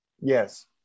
Yes